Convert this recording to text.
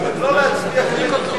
לא להצביע כרגע,